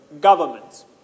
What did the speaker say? governments